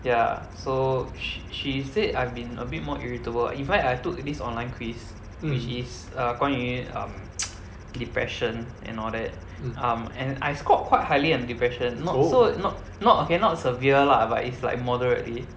ya so sh~ she said I've been a bit more irritable even I took this online quiz which is uh 关于 um depression and all that um and I scored quite highly on depression not so not not okay not severe lah but it's like moderately